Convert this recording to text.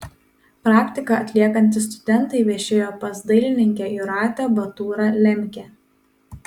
praktiką atliekantys studentai viešėjo pas dailininkę jūratę baturą lemkę